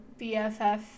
BFF